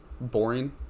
boring